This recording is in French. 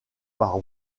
par